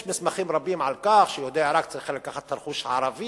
יש מסמכים רבים על כך שיהודי עירק צריכים לקחת את הרכוש הערבי,